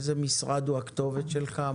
איזה משרד הוא הכתובת שלך?